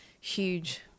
huge